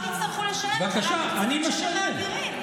לא תצטרכו לשלם בגלל הכספים שאתם מעבירים?